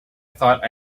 thought